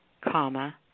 comma